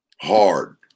Hard